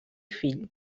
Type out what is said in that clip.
fill